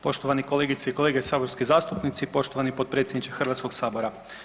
Poštovane kolegice i kolege saborski zastupnici, poštovani potpredsjedniče Hrvatskog sabora.